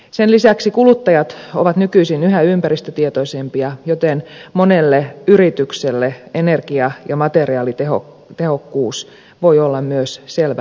sen lisäksi kuluttajat ovat nykyisin yhä ympäristötietoisempia joten monelle yritykselle energia ja materiaalitehokkuus voi olla myös selvä imagoetu